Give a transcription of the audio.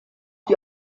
die